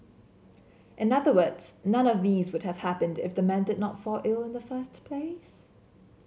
in other words none of these would have happened if the man did not fall ill in the first place